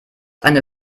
eine